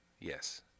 yes